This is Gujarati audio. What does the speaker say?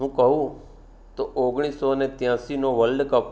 હું કહું તો ઓગણીસોને ત્યાસીનો વલ્ડકપ